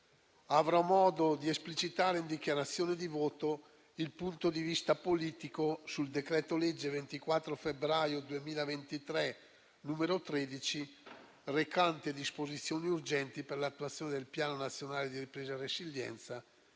avrò modo di esplicitare in dichiarazione di voto il punto di vista politico sul decreto-legge 24 febbraio 2023, n. 13, recante disposizioni urgenti per l'attuazione del Piano nazionale di ripresa e resilienza